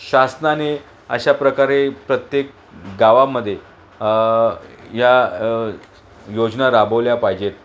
शासनाने अशा प्रकारे प्रत्येक गावामध्ये या योजना राबवल्या पाहिजेत